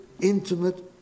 intimate